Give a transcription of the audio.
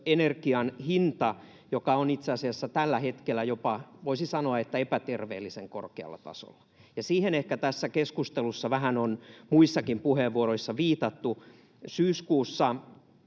sähköenergian hinta, joka on itse asiassa tällä hetkellä jopa, voisi sanoa, epäterveellisen korkealla tasolla, ja siihen ehkä tässä keskustelussa vähän on muissakin puheenvuoroissa viitattu. Syyskuussa